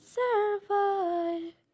survive